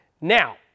Now